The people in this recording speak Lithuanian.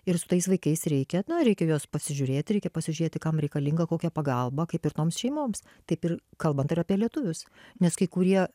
ir su tais vaikais reikia na reikia juos pasižiūrėti reikia pasižiūrėti kam reikalinga kokia pagalba kaip ir toms šeimoms taip ir kalbant ir apie lietuvius nes kai kurie